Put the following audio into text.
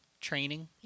training